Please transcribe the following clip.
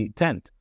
tent